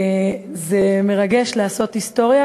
זה מרגש לעשות היסטוריה,